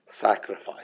sacrifice